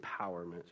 empowerment